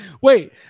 Wait